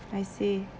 I see